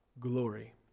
glory